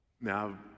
Now